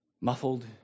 muffled